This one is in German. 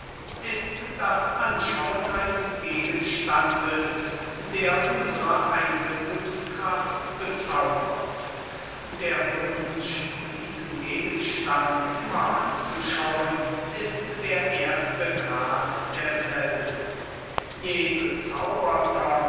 ist das anschauen eines gegenstandes der unsre einbildungskraft bezaubert der wunsch diesen gegenstand immer anzuschauen ist der erste grad derselben je bezaubernder